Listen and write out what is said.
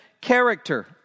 character